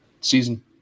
season